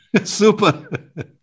Super